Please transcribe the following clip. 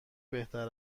بهتر